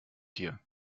hier